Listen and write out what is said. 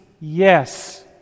Yes